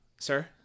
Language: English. Sir